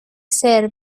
ser